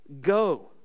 Go